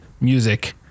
Music